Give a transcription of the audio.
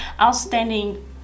outstanding